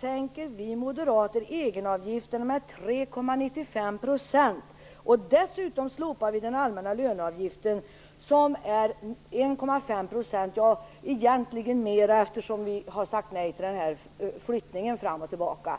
sänker vi moderater egenavgiften med 3,95 %, och dessutom slopar vi den allmänna löneavgiften, som är 1,5 %, eller egentligen mera, eftersom vi har sagt nej till den här flyttningen fram och tillbaka.